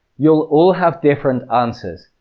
you'll all have different answers,